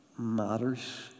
matters